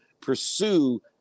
pursue